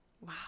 wow